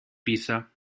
pisa